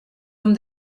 him